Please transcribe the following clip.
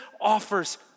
offers